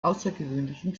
außergewöhnlichen